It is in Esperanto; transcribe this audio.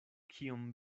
kiom